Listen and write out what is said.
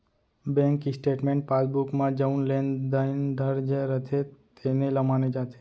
bank statement passbook म जउन लेन देन दर्ज रथे तेने ल मानथे